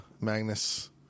Magnus